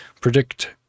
predict